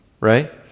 right